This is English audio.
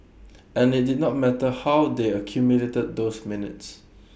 and IT did not matter how they accumulated those minutes